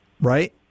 Right